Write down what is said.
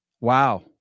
Wow